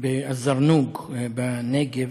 באל-זרנוג בנגב,